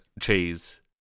cheese